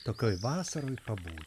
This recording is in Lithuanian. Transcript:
tokioj vasaros pabūti